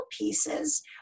pieces